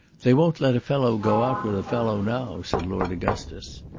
they won't let a fellow go out with a fellow now, said lord augustus.